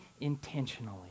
intentionally